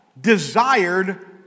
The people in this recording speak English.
desired